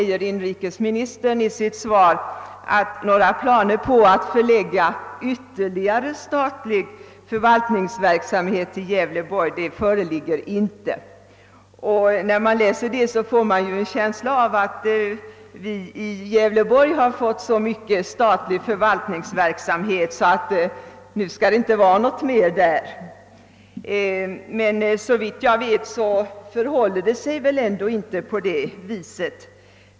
Inrikesministern uttalar i sitt svar att några planer på att förlägga ytterligare statlig förvaltningsverksamhet till Gävleborgs län inte föreligger. När man tar del av detta besked får man en känsla av att vi i Gävleborgs län har fått så mycken statlig förvaltningsverksamhet att det nu får räcka. Men såvitt jag vet förhåller det sig inte på detta vis.